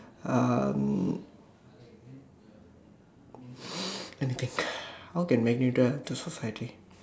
um let me think how can Magneto help the society